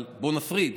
אבל בואו נפריד,